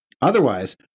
Otherwise